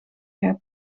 heb